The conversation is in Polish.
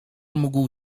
mógł